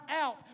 out